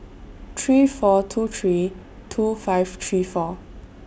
three four two three two five three four